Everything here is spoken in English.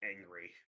angry